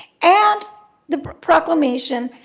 and the proclamation